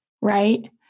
right